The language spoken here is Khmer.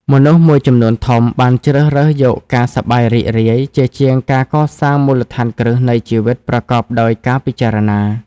មនុស្សមួយចំនួនធំបានជ្រើសរើសយកការសប្បាយរីករាយ ជាជាងការកសាងមូលដ្ឋានគ្រឹះនៃជីវិតប្រកបដោយការពិចារណា។